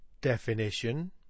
definition